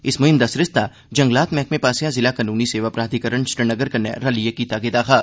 इस मुहिम दा सरिस्ता जंगलात मैह्कमे आसेआ जिला कानूनी सेवा प्राधिकरण श्रीनगर कन्नै रलियै कीता गेदा हा